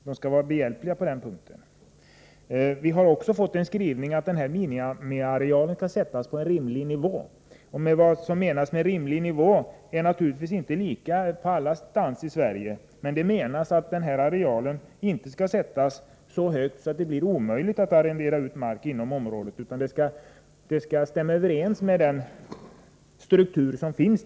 Man skall vara behjälplig på den punkten. Vidare har vi i utskottsbetänkandet skrivit in att minimiarealen skall sättas på en rimlig nivå. Begreppet ”rimlig nivå” uppfattas naturligtvis inte likadant överallt i Sverige. Man menar emellertid att arealen så att säga inte skall sättas så högt att det blir omöjligt att arrendera ut mark inom området i fråga, utan att det skall råda överensstämmelse med strukturen i övrigt.